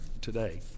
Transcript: today